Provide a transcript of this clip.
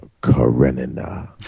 Karenina